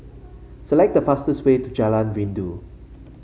select the fastest way to Jalan Rindu